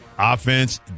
offense